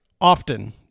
often